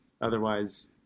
Otherwise